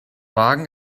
wagen